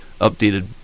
updated